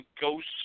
ghost